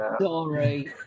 Sorry